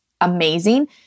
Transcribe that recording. amazing